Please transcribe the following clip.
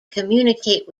communicate